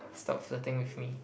stop flirting with me